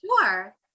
Sure